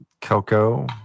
Coco